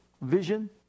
vision